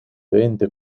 veinte